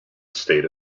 state